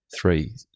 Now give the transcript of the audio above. Three